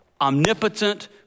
omnipotent